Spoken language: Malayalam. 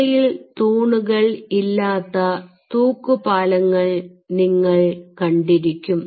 ഇടയിൽ തൂണുകൾ ഇല്ലാത്ത തൂക്കുപാലങ്ങൾ നിങ്ങൾ കണ്ടിരിക്കും